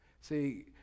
See